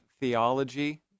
theology